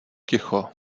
ticho